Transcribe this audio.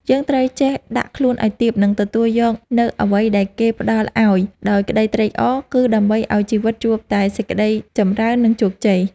យើងត្រូវចេះដាក់ខ្លួនឱ្យទាប និងទទួលយកនូវអ្វីដែលគេផ្តល់ឱ្យដោយក្តីត្រេកអរ គឺដើម្បីឱ្យជីវិតជួបតែសេចក្តីចម្រើននិងជោគជ័យ។